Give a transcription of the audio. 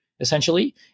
essentially